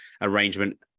arrangement